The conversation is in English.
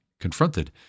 confronted